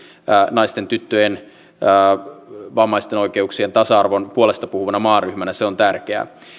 naisten tyttöjen ja vammaisten oikeuksien ja tasa arvon puolesta puhuvana maaryhmänä se on tärkeää